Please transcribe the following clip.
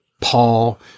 Paul